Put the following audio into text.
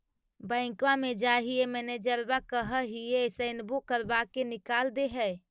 बैंकवा मे जाहिऐ मैनेजरवा कहहिऐ सैनवो करवा के निकाल देहै?